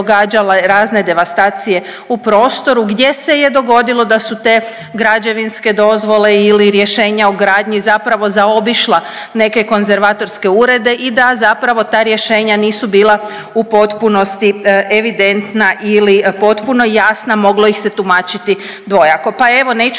razne devastacije u prostoru gdje se je dogodilo da su te građevinske dozvole ili rješenja o gradnji zapravo zaobišla neke konzervatorske urede i da zapravo ta rješenja nisu bila u potpunosti evidentna ili potpuno jasna. Moglo ih se tumačiti dvojako. Pa evo neću